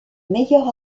meilleur